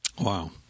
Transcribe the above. Wow